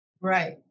Right